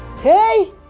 Hey